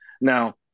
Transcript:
now